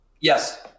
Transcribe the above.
Yes